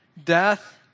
Death